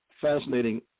fascinating